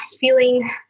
feeling